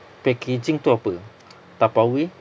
packaging tu apa tupperware